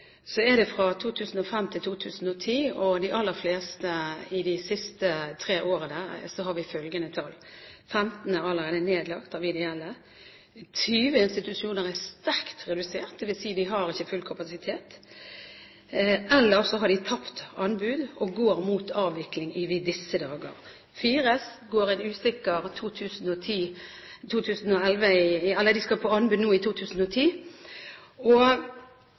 fra 2005 til 2010 – de aller fleste de siste tre årene – følgende tall: 15 ideelle er allerede nedlagt 20 institusjoner er sterkt redusert, dvs. at de ikke har full kapasitet, eller de har tapt anbud og går mot avvikling i disse dager fire skal på anbud nå i 2010 De regnestykkene vi har, tilsier at vi etter hvert kommer til å få færre og